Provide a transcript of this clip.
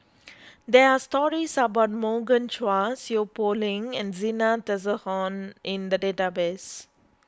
there are stories about Morgan Chua Seow Poh Leng and Zena Tessensohn in the database